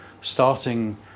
starting